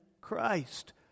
Christ